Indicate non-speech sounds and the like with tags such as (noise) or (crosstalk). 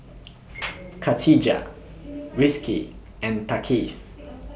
(noise) Katijah Rizqi and Thaqif